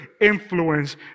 influence